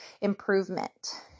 improvement